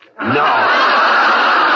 No